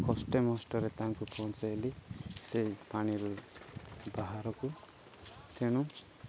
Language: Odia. କଷ୍ଟେମଷ୍ଟରେ ତାଙ୍କୁ ପହଞ୍ଚେଇଲି ସେଇ ପାଣିରୁ ବାହାରକୁ ତେଣୁ